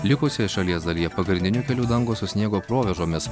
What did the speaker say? likusioje šalies dalyje pagrindinių kelių dangos su sniego provėžomis